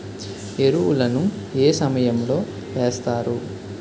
ఎరువుల ను ఏ సమయం లో వేస్తారు?